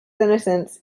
innocence